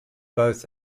both